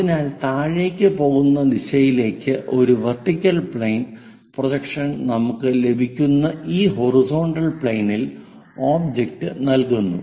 അതിനാൽ താഴേക്ക് പോകുന്ന ദിശയിലേക്ക് ഒരു വെർട്ടിക്കൽ പ്ലെയിൻ പ്രൊജക്ഷൻ നമുക്ക് ലഭിക്കുന്ന ഈ ഹൊറിസോണ്ടൽ പ്ലെയിനിൽ ഒബ്ജക്റ്റ് നൽകുന്നു